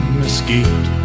mesquite